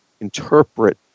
interpret